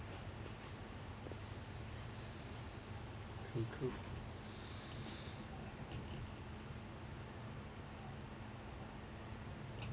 you cook